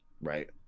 right